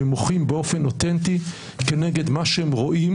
ומוחים באופן אותנטי כנגד מה שהם רואים,